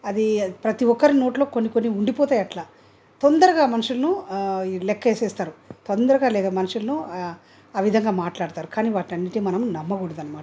అది ప్రతీ ఒక్కరి నోట్లో కొన్ని కొన్ని ఉండిపోతాయి ఆట్లా తొందరగా మనుషులను లెక్క వేసేస్తారు తొందరగ అలాగ మనుషులను ఆ విధంగా మాట్లాడతారు కానీ వాటన్నింటినీ మనం నమ్మకూడదు అన్నమాట